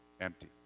empty